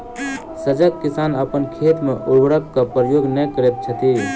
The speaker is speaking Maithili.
सजग किसान अपन खेत मे उर्वरकक प्रयोग नै करैत छथि